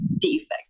defect